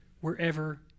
wherever